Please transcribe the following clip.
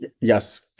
Yes